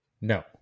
No